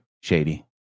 shady